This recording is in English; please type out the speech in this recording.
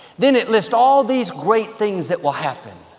then it lists all these great things that will happen.